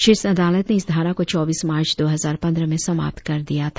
शीर्ष अदालत ने इस धारा को चौबीस मार्च दो हजार पंद्रह में समाप्त कर दिया था